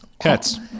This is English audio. Cats